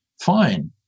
fine